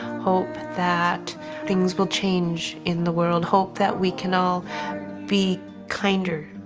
hope that things will change in the world. hope that we can all be kinder,